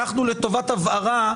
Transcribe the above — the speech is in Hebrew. לטובת הבהרה,